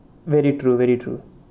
very true very true